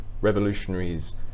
revolutionaries